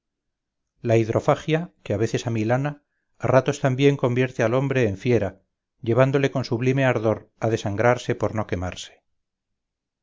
la hidrofagia que a veces amilana a ratos también convierte al hombre en fiera llevándole con sublime ardor a desangrarse por no quemarse